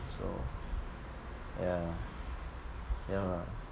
so yeah yeah lah